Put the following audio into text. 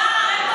הדר.